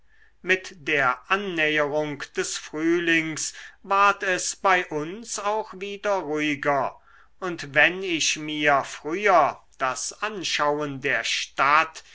mit der annäherung des frühlings ward es bei uns auch wieder ruhiger und wenn ich mir früher das anschauen der stadt